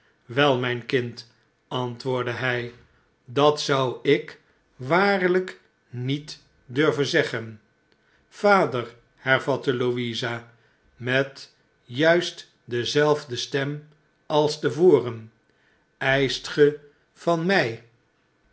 wel mijn kind antwoordde hij dat zou ik waarlijk niet durven zeggen vader hervatte louisa met juist dezelfde stem als te voren eischt ge van mij